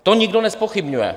To nikdo nezpochybňuje.